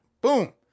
Boom